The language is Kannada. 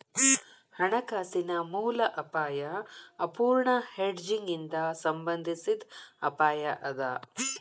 ಹಣಕಾಸಿನ ಮೂಲ ಅಪಾಯಾ ಅಪೂರ್ಣ ಹೆಡ್ಜಿಂಗ್ ಇಂದಾ ಸಂಬಂಧಿಸಿದ್ ಅಪಾಯ ಅದ